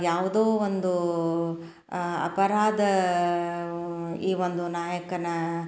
ಯಾವುದೋ ಒಂದು ಅಪರಾಧ ಈ ಒಂದು ನಾಯಕನ